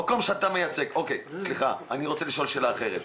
אני רוצה לשאול שאלה אחרת.